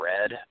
red